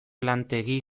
lantegi